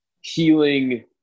healing